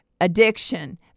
addiction